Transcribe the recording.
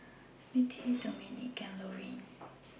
Myrtle Dominick and Loraine